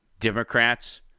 Democrats